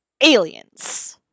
aliens